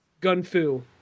Gun-fu